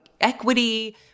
equity